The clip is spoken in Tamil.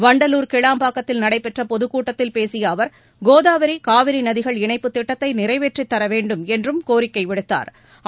வண்டலூர் கிளாம்பாக்கத்தில் நடைபெற்ற பொதுக்கூட்டத்தில் பேசிய அவர் கோதாவரி காவிரி நதிகள் இணைப்புத் திட்டத்தை நிறைவேற்றித் தர வேண்டும் என்றும் கோரிக்கை விடுத்தாா்